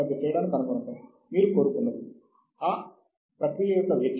ఎద్యు academia